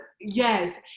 yes